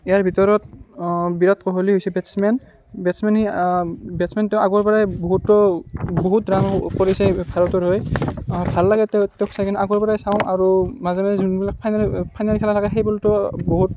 ইয়াৰ ভিতৰত বিৰাট ক'হলী হৈছে batsman batsman সি বেটছমেন তেওঁ আগৰ পৰাই বহুতো বহুত ৰাণ কৰিছে ভাৰতৰ হৈ ভাল লাগে তেওঁ তেওঁক চাই কিনে আগৰ পৰাই চাওঁ আৰু মাজে মাজে যোনবিলাক ফাইনেল ফাইনেল খেলা থাকে সেইবোৰতো বহুত